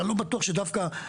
לא בטוח שדווקא